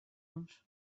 nos